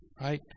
right